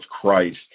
Christ